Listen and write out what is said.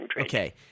Okay